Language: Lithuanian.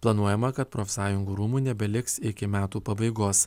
planuojama kad profsąjungų rūmų nebeliks iki metų pabaigos